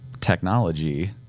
technology